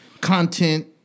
content